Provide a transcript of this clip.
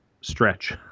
stretch